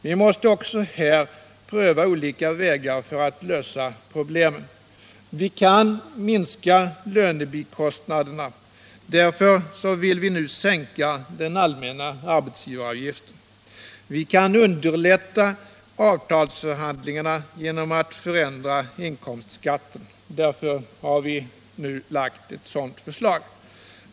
Vi måste pröva olika vägar för att lösa också dessa problem. Vi kan minska lönebikostnaderna, därför vill vi nu sänka den allmänna arbetsgivaravgiften. Vi kan underlätta avtalsförhandlingarna genom att förändra inkomstskatten, därför har vi nu lagt ett sådant förslag.